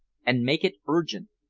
and make it urgent.